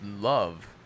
love